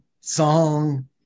song